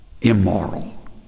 immoral